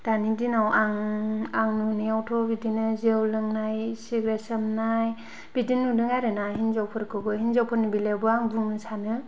दानि दिनाव आं नुनायावथ' बिदिनो जौ लोंनाय सिगारेट सोबनाय बिदि नुदों आरो ना हिनजावफोरखौबो हिनजावफोरनि बेलायावबो आं बुंनो सानो